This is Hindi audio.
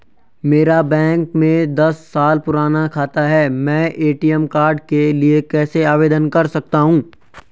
मेरा बैंक में दस साल पुराना खाता है मैं ए.टी.एम कार्ड के लिए कैसे आवेदन कर सकता हूँ?